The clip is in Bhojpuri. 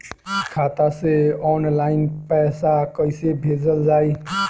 खाता से ऑनलाइन पैसा कईसे भेजल जाई?